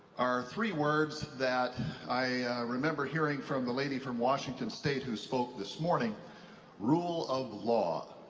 are three words that i remember hearing from the lady from washington state who spoke this morning rule of law.